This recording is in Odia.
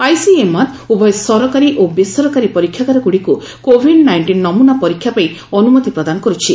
ଆଇସିଏମ୍ଆର ଉଭୟ ସରକାରୀ ଓ ବେସରକାରୀ ପରୀକ୍ଷାଗାରଗୁଡ଼ିକୁ କୋଭିଡ୍ ନାଇଷ୍ଟିନ୍ ନମୁନା ପରୀକ୍ଷା ପାଇଁ ଅନୁମତି ପ୍ରଦାନ କରୁଛି